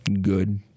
good